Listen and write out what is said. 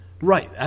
Right